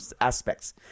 aspects